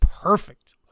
Perfect